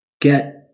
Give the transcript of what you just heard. Get